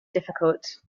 difficult